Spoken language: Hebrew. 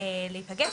להיפגש,